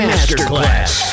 Masterclass